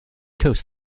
coast